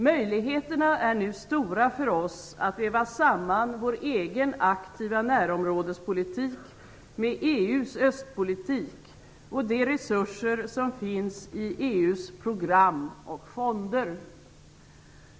Möjligheterna är nu stora för oss att väva samman vår egen aktiva närområdespolitik med EU:s östpolitik och de resurser som finns i EU:s program och fonder.